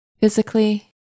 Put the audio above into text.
physically